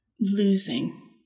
losing